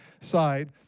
side